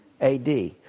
AD